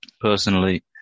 Personally